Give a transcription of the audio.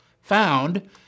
found